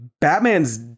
Batman's